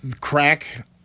crack